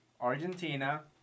Argentina